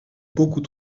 beaucoup